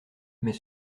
mais